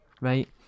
Right